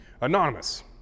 Anonymous